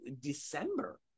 December